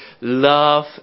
love